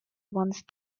once